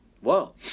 Whoa